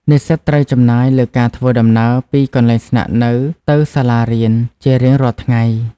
និស្សិតត្រូវចំណាយលើការធ្វើដំណើរពីកន្លែងស្នាក់នៅទៅសាលារៀនជារៀងរាល់ថ្ងៃ។